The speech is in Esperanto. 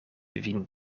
vin